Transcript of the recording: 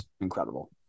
incredible